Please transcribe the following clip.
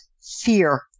fear